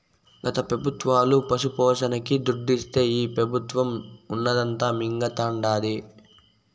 గత పెబుత్వాలు పశుపోషణకి దుడ్డిస్తే ఈ పెబుత్వం ఉన్నదంతా మింగతండాది